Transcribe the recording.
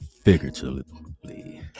figuratively